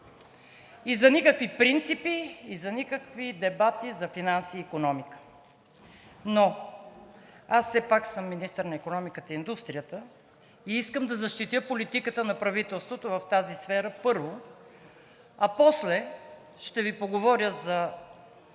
и за някакви принципи, и за никакви дебати за финанси и икономика. Но аз все пак съм министър на икономиката и индустрията и искам да защитя политиката на правителството в тази сфера, първо, а после ще Ви поговоря за